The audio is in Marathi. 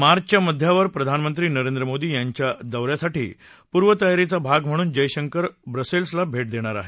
मार्चच्या मध्यावर प्रधानमंत्री नरेंद्र मोदी यांच्या दौऱ्यासाठी पूर्वतयारीचा भाग म्हणून जयशंकर ब्रसेल्सला भे देणार आहेत